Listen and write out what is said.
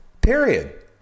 period